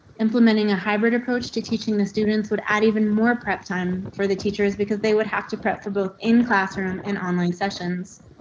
implementing a hybrid approach to teaching the students would add even more prep time for the teachers because they would have to prep for both in classroom and online sessions.